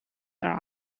are